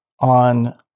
on